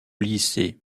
lycée